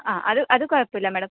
ആ അത് അത് കുഴപ്പമില്ല മാഡം